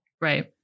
Right